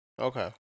Okay